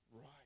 right